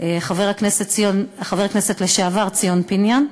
חבר הכנסת לשעבר ציון פיניאן.